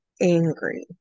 angry